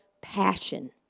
passion